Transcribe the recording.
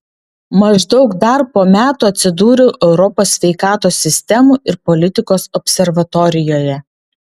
maždaug dar po metų atsidūriau europos sveikatos sistemų ir politikos observatorijoje